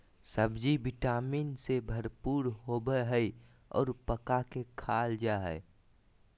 सब्ज़ि vitamin से भरपूर होबय हइ और पका के खाल जा हइ